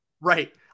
Right